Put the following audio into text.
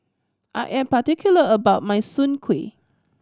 I am particular about my soon kway